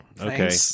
Okay